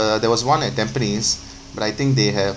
uh there was one at tampines but I think they have